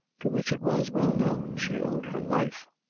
to which it was well known, she owed her life.